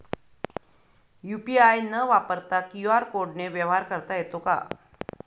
UPI न वापरता QR कोडने व्यवहार करता येतो का?